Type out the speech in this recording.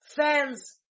fans